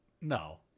No